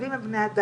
הערבים הם בני אדם.